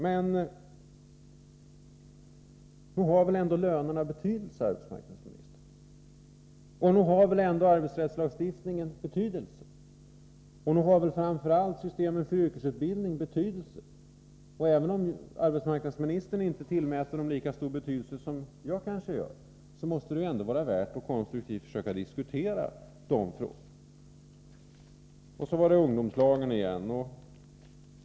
Men nog har väl ändå lönerna och arbetsrättslagstiftningen betydelse, fru arbetsmarknadsminister, och nog har väl framför allt systemet för yrkesutbildning betydelse? Även om arbetsmarknadsministern inte tillmäter detta lika stor betydelse som jag gör, så måste det ändå vara värt att försöka diskutera dessa frågor konstruktivt. Så var det ungdomslagen igen.